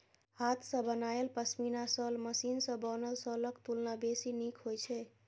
हाथ सं बनायल पश्मीना शॉल मशीन सं बनल शॉलक तुलना बेसी नीक होइ छै